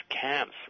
camps